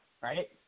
right